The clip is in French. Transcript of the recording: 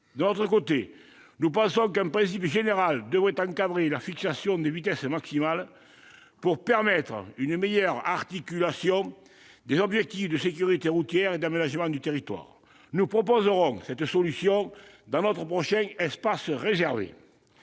De notre côté, nous pensons qu'un principe général devrait encadrer la fixation des vitesses maximales pour permettre une meilleure articulation des objectifs de sécurité routière et d'aménagement du territoire. Nous proposerons cette solution dans notre prochain espace réservé.